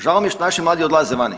Žao mi je što naši mladi odlaze vani.